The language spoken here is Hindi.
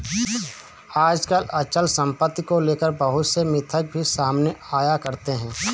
आजकल अचल सम्पत्ति को लेकर बहुत से मिथक भी सामने आया करते हैं